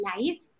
life